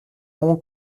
hong